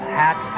hat